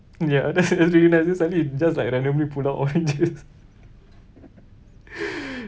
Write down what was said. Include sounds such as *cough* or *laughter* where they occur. ya that's that's really nice then suddenly he just like randomly pull out oranges *laughs*